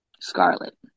Scarlet